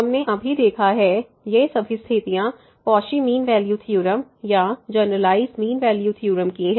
हमने अभी देखा है ये सभी स्थितियां कौशी मीन वैल्यू थ्योरम या जनरलआईस मीन वैल्यू थ्योरम की हैं